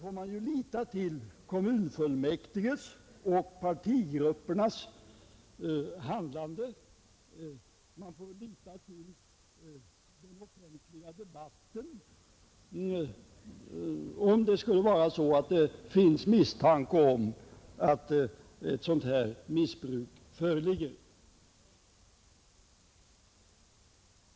Vidare får man lita till kommunfullmäktiges och partigruppernas handlande och till den offentliga debatten, om det skulle finnas misstanke om att ett missbruk förekommer.